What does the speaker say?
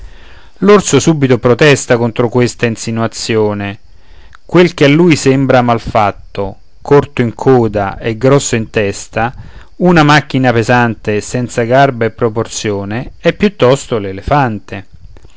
l'orso subito protesta contro questa insinuazione quel che a lui sembra mal fatto corto in coda e grosso in testa una macchina pesante senza garbo e proporzione è piuttosto